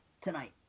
tonight